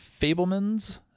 Fablemans